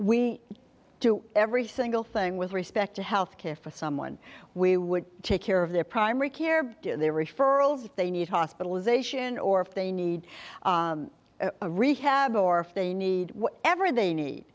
we do every single thing with respect to health care for someone we would take care of their primary care their referrals if they need hospitalization or if they need a rehab or if they need whatever they need